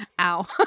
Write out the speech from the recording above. Ow